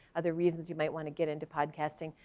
other reasons you might want to get into podcasting.